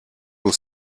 will